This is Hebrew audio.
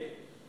לי?